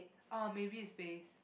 ah maybe it's base